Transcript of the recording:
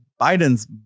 Biden's